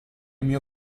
mio